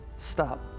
stop